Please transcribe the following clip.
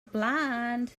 blind